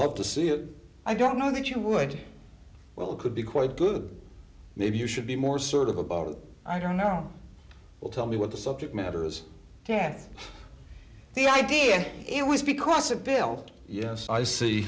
love to see it i don't know that you would well could be quite good maybe you should be more sort of above it i don't know well tell me what the subject matter is to have the idea it was because of bill yes i see